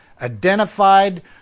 identified